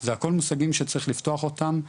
זה הכול מושגים שצריכים לפתוח אותם,